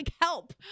help